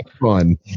fun